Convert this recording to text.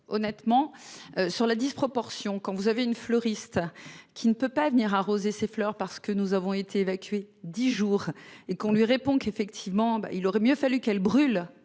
honnêtement. Sur la disproportion quand vous avez une fleuriste qui ne peut pas venir arroser ses fleurs parce que nous avons été évacués, 10 jours et qu'on lui répond qu'effectivement il aurait mieux fallu qu'elle brûle